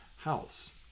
house